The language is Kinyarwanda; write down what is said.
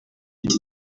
iki